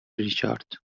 ریچارد